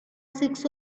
six